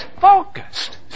focused